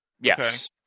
Yes